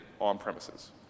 on-premises